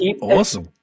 awesome